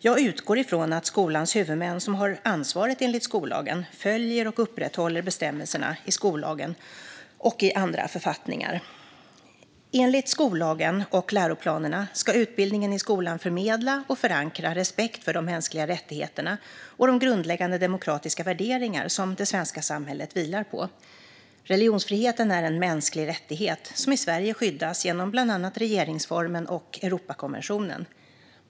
Jag utgår från att skolans huvudmän, som har ansvaret enligt skollagen, följer och upprätthåller bestämmelserna i skollagen och i andra författningar. Enligt skollagen och läroplanerna ska utbildningen i skolan förmedla och förankra respekt för de mänskliga rättigheterna och de grundläggande demokratiska värderingar som det svenska samhället vilar på. Religionsfriheten är en mänsklig rättighet som i Sverige skyddas genom bland annat regeringsformen och Europakonventionen.